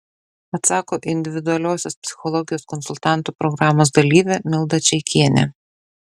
atsako individualiosios psichologijos konsultantų programos dalyvė milda čeikienė